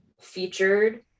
featured